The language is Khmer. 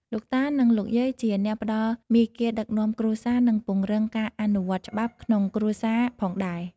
លោកតា និងលោកយាយជាអ្នកផ្តល់មាគ៌ាដឹកនាំគ្រួសារ និងពង្រឹងការអនុវត្តច្បាប់ក្នុងគ្រួសារផងដែរ។